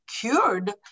cured